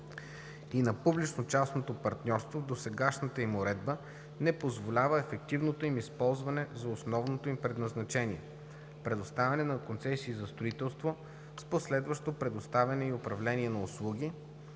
и на публично-частното партньорство в досегашната им уредба не позволява ефективното им използване за основното им предназначение – предоставяне на концесии за строителство, с последващо предоставяне и управление на услуги